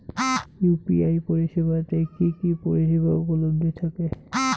UPI পরিষেবা তে কি কি পরিষেবা উপলব্ধি থাকে?